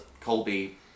Colby